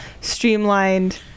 streamlined